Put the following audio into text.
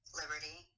liberty